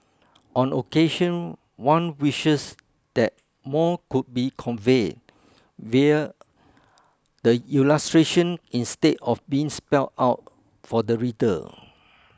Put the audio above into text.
on occasion one wishes that more could be conveyed via the illustration instead of being spelt out for the reader